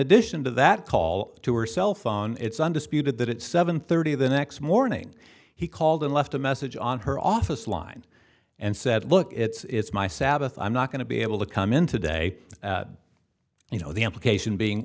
addition to that call to her cell phone it's undisputed that at seven thirty the next morning he called and left a message on her office line and said look it's my sabbath i'm not going to be able to come in today you know the implication being